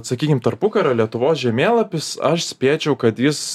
sakykim tarpukario lietuvos žemėlapis aš spėčiau kad jis